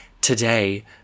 today